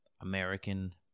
American